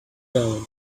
down